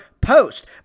post